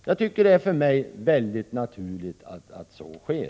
Jag tycker det är naturligt att så sker.